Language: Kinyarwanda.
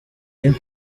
iyi